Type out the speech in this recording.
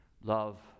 Love